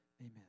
Amen